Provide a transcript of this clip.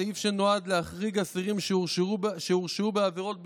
סעיף שנועד להחריג אסירים שהורשעו בעבירות ביטחון,